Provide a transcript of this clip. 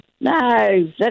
No